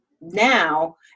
now